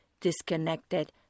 disconnected